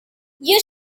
you